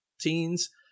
teens